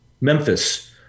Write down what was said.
Memphis